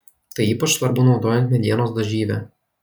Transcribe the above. tai ypač svarbu naudojant medienos dažyvę